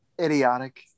idiotic